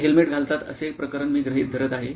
ते हेल्मेट घालतात असे प्रकरण मी गृहित धरत आहे